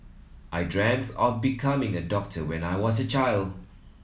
I dreamt of becoming a doctor when I was a child